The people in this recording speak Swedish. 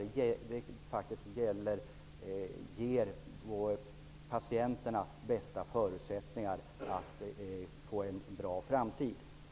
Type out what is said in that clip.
Det ger patienterna de bästa förutsättningarna för en bra framtid på det här området.